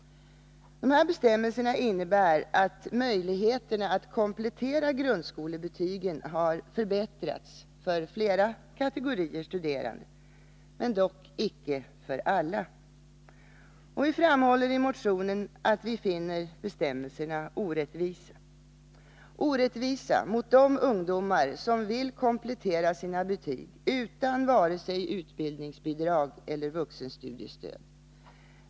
Dessa bestämmelser innebär att möjligheterna att komplettera grundskolebetygen har förbättrats för flera kategorier studerande, dock icke för alla. Vi framhåller i motionen att vi finner bestämmelserna orättvisa. De är orättvisa mot de ungdomar som vill komplettera sina betyg utan vare sig utbildningsbidrag eller vuxenstudiestöd.